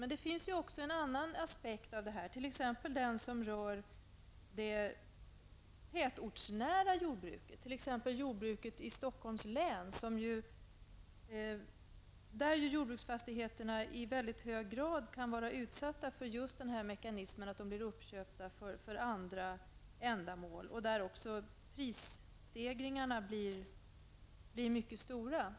Men det finns också en annan aspekt på detta, t.ex. den som rör det tätortsnära jordbruket. Ett sådant exempel är jordbruket i Stockholms län där jordbruksfastigheterna i mycket hög grad kan vara utsatta av mekanismen att bli uppköpta för andra ändamål. Det kan också medföra stora prisökningar.